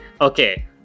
Okay